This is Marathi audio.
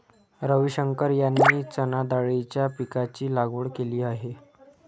रविशंकर यांनी चणाडाळीच्या पीकाची लागवड केली आहे